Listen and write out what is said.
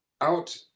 out